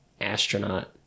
astronaut